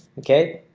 okay,